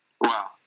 Wow